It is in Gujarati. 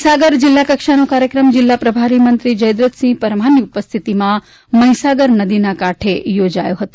મહીસાગર જિલ્લા કક્ષાનો કાર્યક્રમ જિલ્લા પ્રભારી મંત્રી જયદ્રથસિંહ પરમારની ઉપસ્થિતિમાં મહીસાગર નદીને કાંઠે યોજાયો હતો